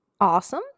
Awesome